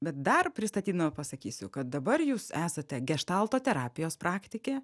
bet dar pristatydama pasakysiu kad dabar jūs esate geštalto terapijos praktikė